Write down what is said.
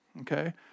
Okay